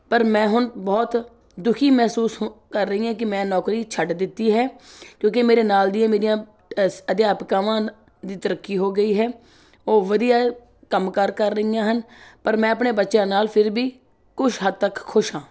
ਪਰ ਮੈਂ ਹੁਣ ਬਹੁਤ ਦੁਖੀ ਮਹਿਸੂਸ ਕਰ ਰਹੀ ਹਾਂ ਕਿ ਮੈਂ ਨੌਕਰੀ ਛੱਡ ਦਿੱਤੀ ਹੈ ਕਿਉਂਕਿ ਮੇਰੇ ਨਾਲ ਦੀਆਂ ਮੇਰੀਆਂ ਅਸ ਅਧਿਆਪਕਾਵਾਂ ਦੀ ਤਰੱਕੀ ਹੋ ਗਈ ਹੈ ਉਹ ਵਧੀਆ ਕੰਮ ਕਾਰ ਕਰ ਰਹੀਆਂ ਹਨ ਪਰ ਮੈਂ ਆਪਣੇ ਬੱਚਿਆਂ ਨਾਲ ਫਿਰ ਵੀ ਕੁਛ ਹੱਦ ਤੱਕ ਖੁਸ਼ ਹਾਂ